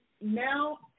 now